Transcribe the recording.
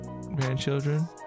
grandchildren